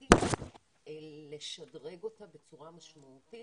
בירוקרטית לשדרג אותה בצורה משמעותית,